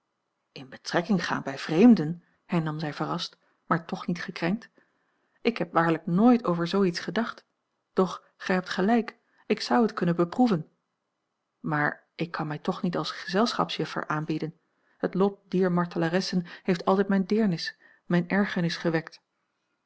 in betrekking gaan bij vreemden hernam zij verrast maar toch niet gekrenkt ik heb waarlijk nooit over zoo iets gedacht doch gij hebt gelijk ik zou het kunnen beproeven maar ik kan mij toch niet als gezelschapsjuffer aanbieden het lot dier martelaressen heeft altijd mijn deernis mijn ergernis gewekt